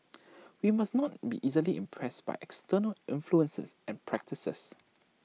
we must not be easily impressed by external influences and practices